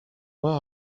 where